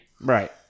Right